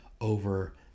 over